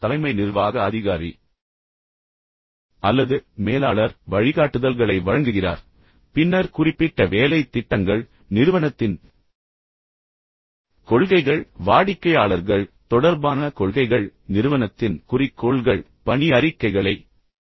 தலைமை நிர்வாக அதிகாரி அல்லது மேலாளர் வழிகாட்டுதல்களை வழங்குகிறார் பின்னர் குறிப்பிட்ட வேலைத் திட்டங்கள் நிறுவனத்தின் கொள்கைகள் வாடிக்கையாளர்கள் தொடர்பான கொள்கைகள் நிறுவனத்தின் குறிக்கோள்கள் மற்றும் பின்னர் பணி அறிக்கைகளை வகுக்கிறார்